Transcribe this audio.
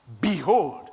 Behold